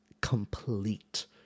complete